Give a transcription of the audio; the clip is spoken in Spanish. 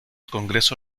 congreso